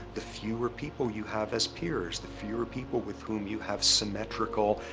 the fewer people you have as peers the fewer people with whom you have symmetrical,